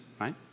right